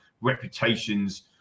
reputations